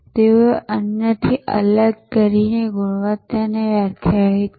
તેઓએ અન્યથી અલગ કરીને ગુણવત્તાને વ્યાખ્યાયિત કરી